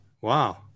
wow